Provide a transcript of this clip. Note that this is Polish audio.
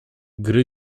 gra